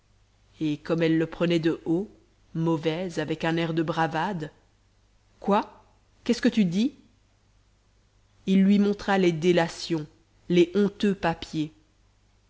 et comme elle le prenait de haut mauvaise avec un air de bravade quoi qu'est-ce que tu dis il lui montra les délations les honteux papiers